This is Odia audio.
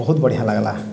ବହୁତ ବଢ଼ିଆଁ ଲାଗ୍ଲା